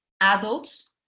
adults